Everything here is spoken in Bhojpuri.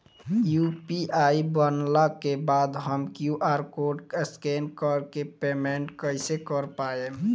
यू.पी.आई बनला के बाद हम क्यू.आर कोड स्कैन कर के पेमेंट कइसे कर पाएम?